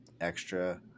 extra